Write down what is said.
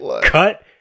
cut